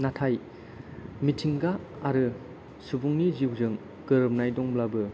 नाथाय मिथिंगा आरो सुबुंनि जिउजों गोरोबनाय दंब्लाबो